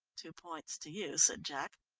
two points to you, said jack,